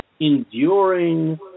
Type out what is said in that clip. enduring